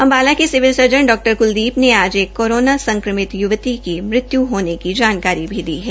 अम्बाला के civil surgeon डॉ क्लदीप ने आज एक कोरोना संक्रमित युवती की मृत्यु होने की जानकारी भी दी है